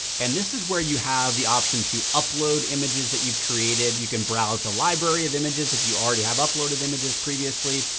and this is where you have the option to upload images that you've created, you can browse the library of images if you already have uploaded images previously.